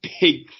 big